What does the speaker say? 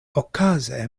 okaze